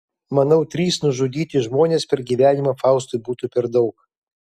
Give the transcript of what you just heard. manau trys nužudyti žmonės per gyvenimą faustui būtų per daug